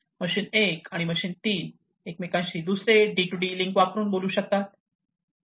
machine 1 आणि machine 3 एकमेकांशी दुसरे D2D लिंक वापरून बोलू शकता